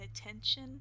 attention